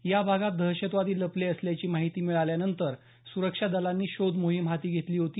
या भागात दहशतवादी लपले असल्याची माहिती मिळाल्यानंतर सुरक्षा दलांनी शोध मोहीम हाती घेतली होती